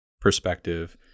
perspective